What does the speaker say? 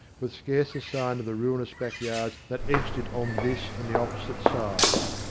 with scarce a sign of the ruinous back yards that edged it on this and the opposite sides,